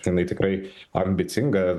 tenai tikrai ambicinga